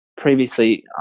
previously